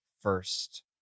first